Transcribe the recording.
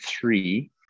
three